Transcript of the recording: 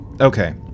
Okay